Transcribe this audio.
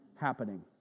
happening